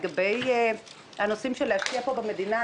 לגבי השקעות כאן במדינה,